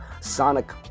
sonic